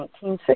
1960